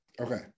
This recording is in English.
Okay